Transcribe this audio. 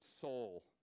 soul